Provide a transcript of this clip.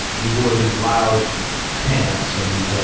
he wore these loud pants and ah,